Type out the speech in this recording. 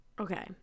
Okay